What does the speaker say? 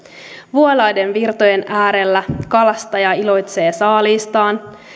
vuolaiden virtojen äärellä kalastaja iloitsee saalistaan